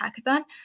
hackathon